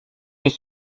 ich